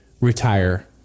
retire